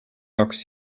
jaoks